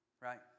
Right